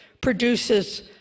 produces